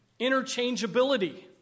interchangeability